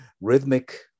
rhythmic